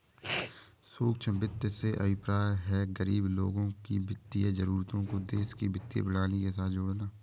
सूक्ष्म वित्त से अभिप्राय है, गरीब लोगों की वित्तीय जरूरतों को देश की वित्तीय प्रणाली के साथ जोड़ना